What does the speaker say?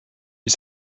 you